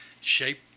shape